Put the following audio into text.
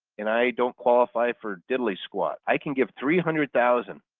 and i don't qualify for diddly-squat, i can give three hundred thousand,